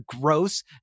gross